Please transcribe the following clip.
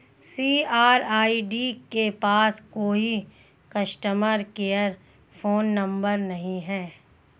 CRED के पास कोई कस्टमर केयर फोन नंबर नहीं है